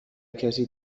کسی